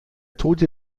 tote